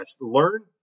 Learn